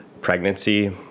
pregnancy